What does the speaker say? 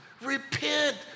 repent